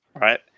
right